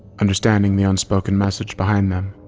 understanding the unspoken message behind them.